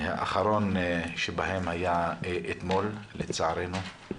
האחרון שבהם היה אתמול, לצערנו.